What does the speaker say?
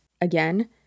again